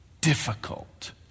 difficult